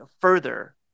further